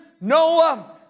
noah